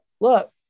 look